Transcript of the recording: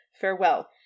Farewell